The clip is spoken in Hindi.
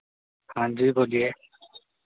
हां जी बोलिए